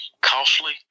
costly